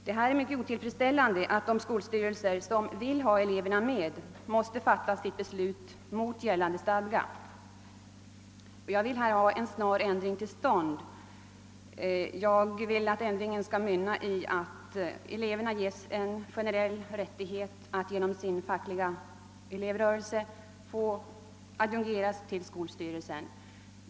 Det är mycket otillfredsställande att de skolstyrelser som vill ha elever med måste fatta beslut härom mot gällande stadga. Jag vill därför ha till stånd en snar ändring som innebär att eleverna ges generell rättighet att genom sin fackliga elevrörelse adjungeras till skolstyrelsen.